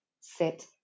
sit